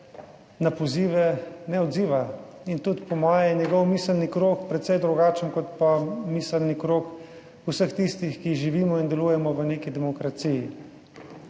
na pozive ne odziva, in tudi po moje je njegov miselni krog precej drugačen kot pa miselni krog vseh tistih, ki živimo in delujemo v neki demokraciji.